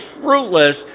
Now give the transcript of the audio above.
fruitless